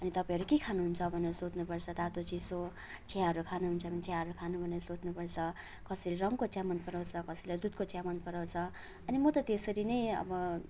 अनि तपाईँहरू के खानुहुन्छ भनेर सोध्नुपर्छ तातो चिसो चियाहरू खानुहुन्छ भने चियाहरू खानुहुन्छ भनेर सोध्नुपर्छ कसैले रङको चिया मनपराउँछ कसैले दुधको चिया मनपराउँछ अनि म त त्यसरी नै अब